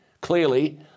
Clearly